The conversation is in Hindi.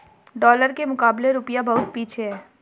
डॉलर के मुकाबले रूपया बहुत पीछे है